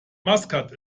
maskat